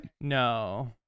No